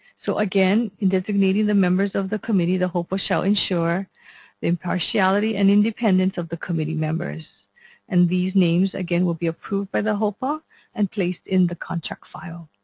so again, in designating the members of the committee the hopa shall ensure the impartiality and independence of the committee members and these names again will be approved by the hopa and be placed in the contract file.